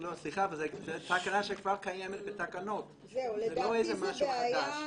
אבל זאת תקנה שכבר קיימת בתקנות, זה לא משהו חדש.